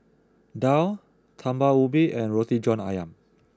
Daal Talam Ubi and Roti John Ayam